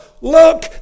look